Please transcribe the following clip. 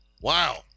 Wow